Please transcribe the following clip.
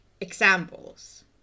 examples